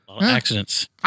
Accidents